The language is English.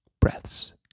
breaths